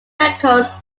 records